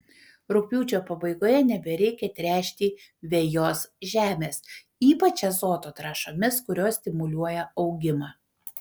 rugpjūčio pabaigoje nebereikia tręšti vejos žemės ypač azoto trąšomis kurios stimuliuoja augimą